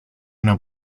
una